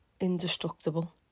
indestructible